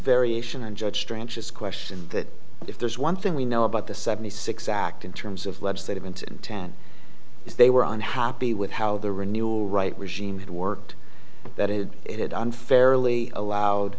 variation and judge tranches question that if there's one thing we know about the seventy six act in terms of legislative into town is they were unhappy with how the renewal right regime had worked that it it unfairly allowed